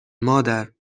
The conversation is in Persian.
مادر